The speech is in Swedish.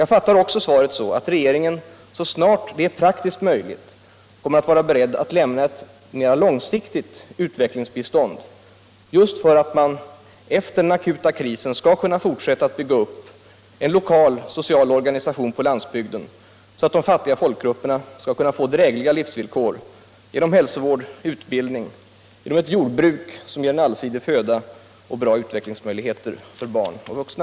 Jag uppfattar också svaret på det sättet, att regeringen så snart det är praktiskt möjligt kommer att vara beredd att lämna ett mera långsiktigt utvecklingsbistånd just för att man efter den akuta krisen skall kunna fortsätta att bygga upp en lokal social organisation på landsbygden, så att de fattiga folkgrupperna kan få drägliga livsvillkor genom hälsovård, utbildning och ett jordbruk som ger allsidig föda och goda utvecklingsmöjligheter för barn och vuxna.